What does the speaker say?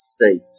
state